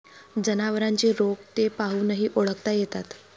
जनावरांचे रोग ते पाहूनही ओळखता येतात